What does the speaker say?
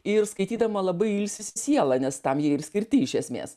ir skaitydama labai ilsisi siela nes tam jie ir skirti iš esmės